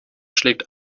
schlägt